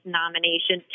nomination